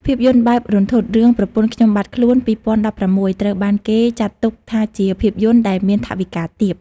ភាពយន្តបែបរន្ធត់រឿង «ប្រពន្ធខ្ញុំបាត់ខ្លួន» (២០១៦) ត្រូវបានគេចាត់ទុកថាជាភាពយន្តដែលមាន ថវិកាទាប។